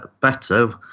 better